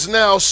now